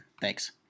Thanks